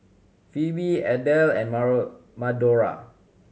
Phoebe Adell and Madora